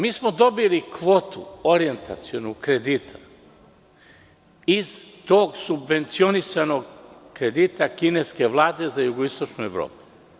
Mi smo dobili kvotu orijentacionu kredita iz tog subvencionisanog kredita kineske vlade za Jugoistočnu Evropu.